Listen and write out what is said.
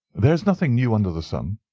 there is nothing new under the sun.